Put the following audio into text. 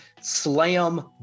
Slam